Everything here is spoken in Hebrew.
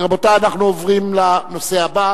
ובכן, 35 בעד,